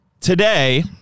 today